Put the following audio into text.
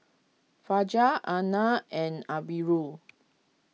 Fajar Aina and Amirul